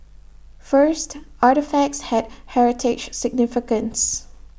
first artefacts had heritage significance